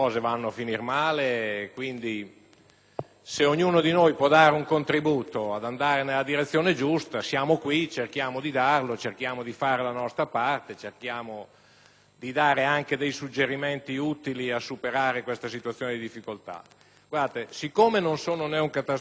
se ognuno di noi può dare un contributo per andare nella direzione giusta, siamo qui, cerchiamo di darlo, cerchiamo di fare la nostra parte e di dare anche dei suggerimenti utili a superare questa situazione di difficoltà. Poiché non sono né un catastrofista né un entusiasta, so benissimo